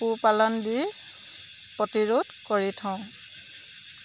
পোহ পালন দি প্ৰতিৰোধ কৰি থওঁ